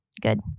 good